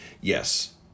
yes